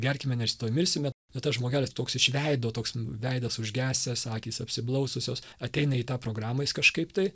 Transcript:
gerkime nes tuoj mirsime o tas žmogelis toks iš veido toks veidas užgesęs akys apsiblaususios ateina į tą programą jis kažkaip tai